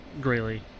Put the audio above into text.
Grayly